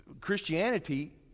Christianity